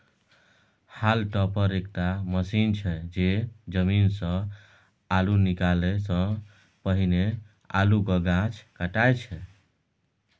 hall topper एकटा machine छै जे जमीनसँ अल्लु निकालै सँ पहिने अल्लुक गाछ काटय छै